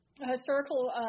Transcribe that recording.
Historical